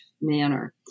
manner